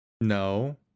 no